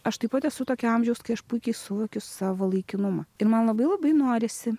aš taip pat esu tokio amžiaus kai aš puikiai suvokiu savo laikinumą ir man labai labai norisi